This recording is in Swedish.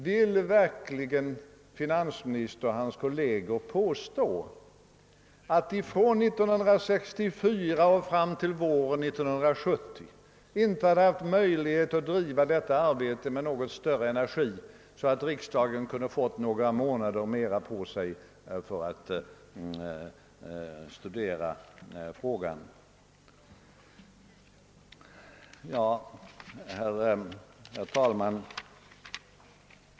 Vill verkligen finansministern och hans kolleger påstå att man från 1964 och fram till våren 1970 inte har haft möjlighet att bedriva detta arbete med något större energi så att riksdagen hade kunnat få ytterligare några månader på sig att studera frågan? Herr talman!